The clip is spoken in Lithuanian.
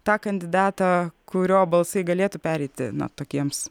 tą kandidatą kurio balsai galėtų pereiti na tokiems